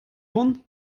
vont